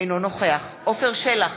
אינו נוכח עפר שלח,